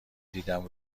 دیدن